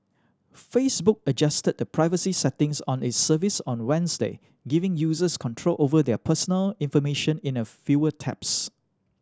Facebook adjusted the privacy settings on its service on Wednesday giving users control over their personal information in a fewer taps